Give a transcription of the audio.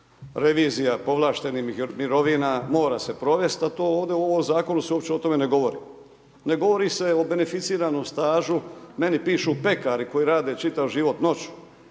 revizija povlaštenih mirovina, mora se provesti, a to ovdje u ovom zakonu se uopće o tome ne govori. Ne govori se o beneficiranom stažu, meni pišu pekari koji rade čitav život noćnu,